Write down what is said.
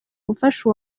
gufasha